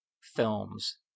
films